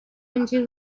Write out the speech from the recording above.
into